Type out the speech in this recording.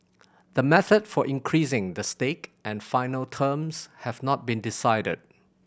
the method for increasing the stake and final terms have not been decided